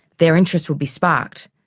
their interest would be sparked,